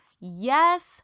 Yes